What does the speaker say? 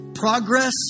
progress